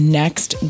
next